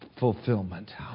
fulfillment